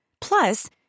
Plus